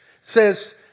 says